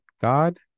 God